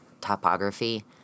topography